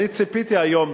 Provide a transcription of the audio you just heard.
אני ציפיתי היום,